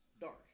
dark